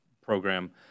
program